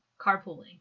carpooling